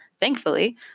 thankfully